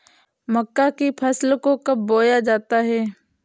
मक्का की फसल को कब बोया जाता है?